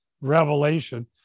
revelation